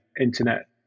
internet